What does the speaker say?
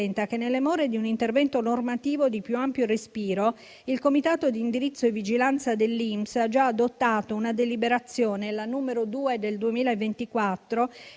che, nelle more di un intervento normativo di più ampio respiro, il consiglio di indirizzo e vigilanza dell'INPS ha già adottato una deliberazione, la n. 2 del 2024,